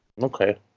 Okay